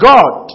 God